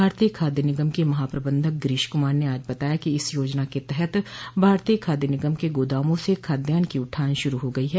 भारतीय खाद्य निगम के महाप्रबंधक गिरीश कुमार ने आज बताया कि इस योजना के तहत भारतीय खादय निगम के गोदामों से खादयान की उठान शुरू हो गई है